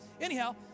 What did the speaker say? anyhow